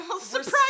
surprise